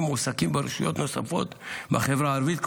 מועסקים ברשויות נוספות בחברה הערבית,